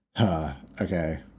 Okay